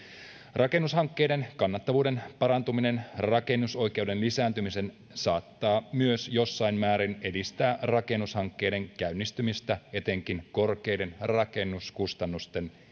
rakennushankkeiden kannattavuuden parantuminen rakennusoikeuden lisääntymisen myötä saattaa myös jossain määrin edistää rakennushankkeiden käynnistymistä etenkin korkeiden rakennuskustannusten